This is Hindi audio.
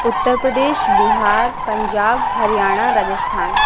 उत्तरप्रदेश बिहार पंजाब हरियाणा राजस्थान